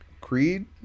Creed